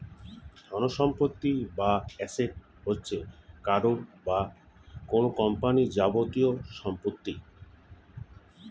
ধনসম্পত্তি বা অ্যাসেট হচ্ছে কারও বা কোন কোম্পানির যাবতীয় সম্পত্তি